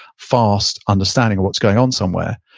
fast understanding of what's going on somewhere.